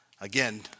Again